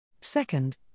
Second